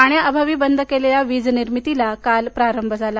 पाण्याअभावी बंद केलेल्या वीजनिर्मितीला काल प्रारंभ झाला